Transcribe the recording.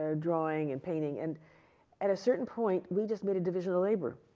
ah drawing and painting. and at a certain point, we just needed division of labor.